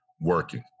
working